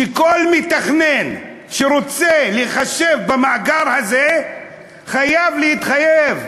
שכל מתכנן שרוצה להיכלל במאגר הזה חייב להתחייב,